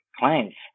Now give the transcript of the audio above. clients